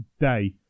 day